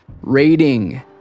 rating